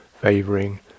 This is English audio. favoring